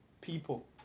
people